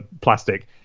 plastic